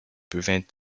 prevent